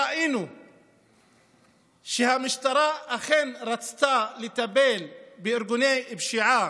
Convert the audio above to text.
ראינו שכשהמשטרה כן רצתה לטפל בארגוני פשיעה,